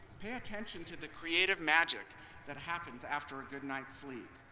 pay attention to the creative magic that happens after a good night's sleep.